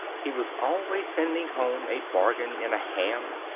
he was always sending home a bargain in a ham,